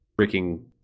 freaking